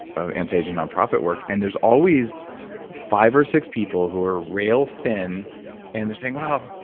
ah anti-aging non-profit work and there's always five or six people who are rail thin and they're saying wow,